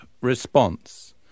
response